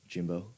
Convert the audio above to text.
Jimbo